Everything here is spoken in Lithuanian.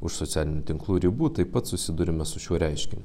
už socialinių tinklų ribų taip pat susiduriame su šiuo reiškiniu